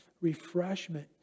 refreshment